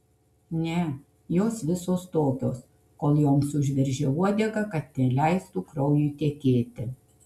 ne jos visos tokios kol joms užveržia uodegą kad neleistų kraujui tekėti